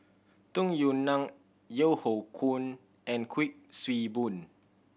Tung Yue Nang Yeo Hoe Koon and Kuik Swee Boon